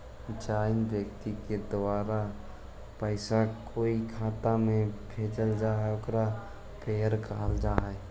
जउन व्यक्ति के द्वारा पैसा कोई के खाता में भेजल जा हइ ओकरा पेयर कहल जा हइ